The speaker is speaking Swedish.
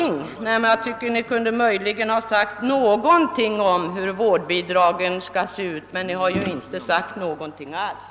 Nej, men jag tycker att ni möjligen kunde ha sagt någonting om vårdnadsbidragen t.ex. Ni har inte sagt något alls.